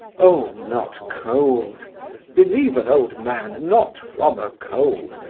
oh, not cold believe an old man not from a cold,